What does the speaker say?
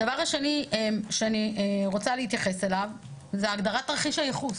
הדבר השני שאני רוצה להתייחס אליו זה הגדרת תרחיש הייחוס.